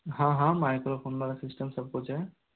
हाँ हाँ माइक्रोफोन वाला सिस्टम सब कुछ है